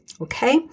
Okay